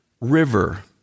River